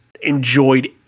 enjoyed